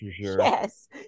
Yes